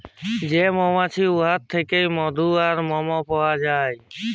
যে মমাছি উয়ার থ্যাইকে মধু আর মমও পাউয়া যায়